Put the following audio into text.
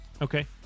Okay